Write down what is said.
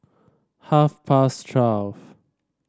half past twelve